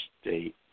state